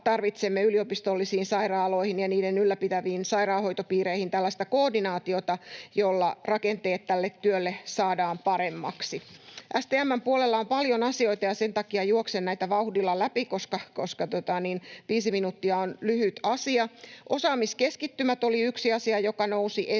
tarvitsemme yliopistollisiin sairaaloihin ja niitä ylläpitäviin sairaanhoitopiireihin tällaista koordinaatiota, jolla rakenteet tälle työlle saadaan paremmiksi. STM:n puolella on paljon asioita, ja sen takia juoksen näitä vauhdilla läpi, koska 5 minuuttia on lyhyt aika. Osaamiskeskittymät oli yksi asia, joka nousi esiin,